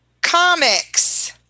comics